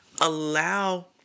allow